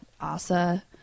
Asa